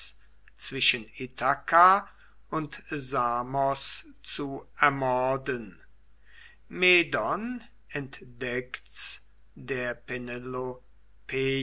zwischen ithaka und samos zu ermorden medon entdeckt's der